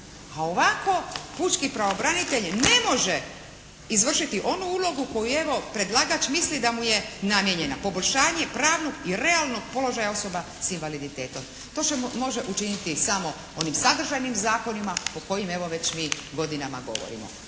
a ovako pučki pravobranitelj ne može izvršiti onu ulogu koju evo predlagač misli da mu je namijenjena poboljšanje pravnog i realnog položaja osoba s invaliditetom. To se može učiniti samo onim sadržajnim zakonima o kojima evo mi već godinama govorimo,